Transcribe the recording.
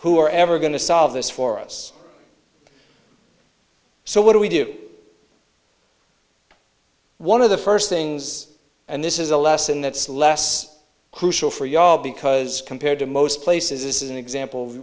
are ever going to solve this for us so what do we do one of the first things and this is a lesson that's less crucial for ya because compared to most places this is an example